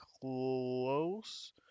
close